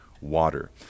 water